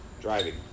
driving